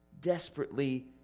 desperately